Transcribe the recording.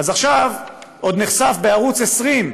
עכשיו עוד נחשף בערוץ 20,